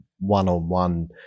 one-on-one